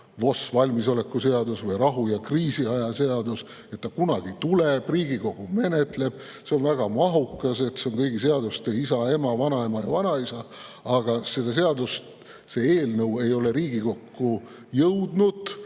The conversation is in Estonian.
VOS, valmisoleku seadus või rahu‑ ja kriisiaja seadus, et ta kunagi tuleb ja siis Riigikogu menetleb seda, see on väga mahukas, see on kõigi seaduste isa, ema, vanaema ja vanaisa. Aga see seaduseelnõu ei ole Riigikokku jõudnud,